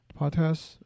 podcast